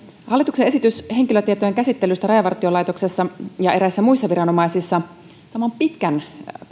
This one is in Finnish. hallituksen esitys henkilötietojen käsittelystä rajavartiolaitoksessa ja eräissä muissa viranomaisissa on pitkän